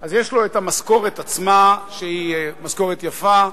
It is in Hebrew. אז יש לו המשכורת עצמה, שהיא משכורת יפה,